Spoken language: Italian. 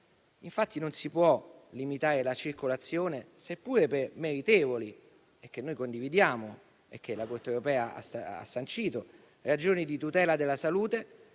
Infatti non si può limitare la circolazione, seppure per meritevoli ragioni - che noi condividiamo e che la Corte europea ha sancito - di tutela della salute,